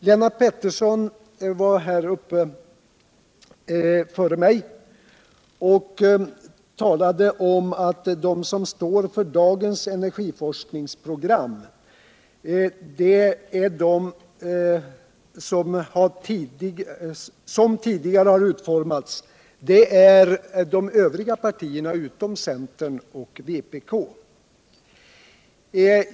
Lennart Pettersson hade ordet före mig och talade om att de som står för dagens energiforskningsprogram, det program som tidigare har utformats, är de övriga partierna — partierna utom centern och vpk.